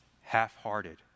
half-hearted